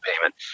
payment